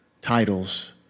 Titles